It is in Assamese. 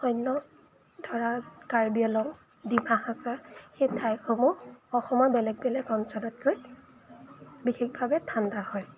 অন্য ধৰা কাৰ্বি আংলং ডিমা হাচাও সেই ঠাইসমূহ অসমৰ বেলেগ বেলেগ অঞ্চলতকৈ বিশেষভাৱে ঠাণ্ডা হয়